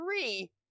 three